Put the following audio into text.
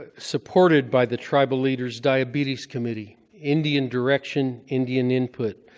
ah supported by the tribal leaders' diabetes committee. indian direction, indian input.